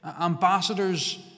ambassadors